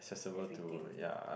everything